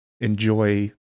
enjoy